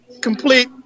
complete